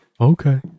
Okay